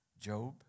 Job